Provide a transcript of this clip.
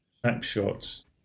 snapshots